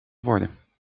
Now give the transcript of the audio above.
worden